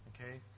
Okay